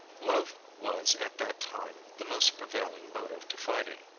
love, was at that time, the most prevailing motive to fighting.